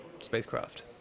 spacecraft